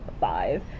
five